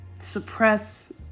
suppress